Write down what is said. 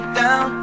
down